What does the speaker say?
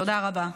תודה רבה.